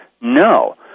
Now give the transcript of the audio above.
No